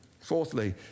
fourthly